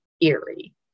eerie